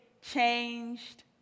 changed